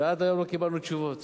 ועד היום לא קיבלנו תשובות.